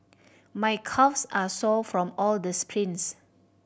my calves are sore from all the sprints